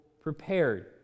prepared